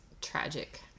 tragic